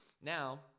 Now